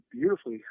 beautifully